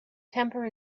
temper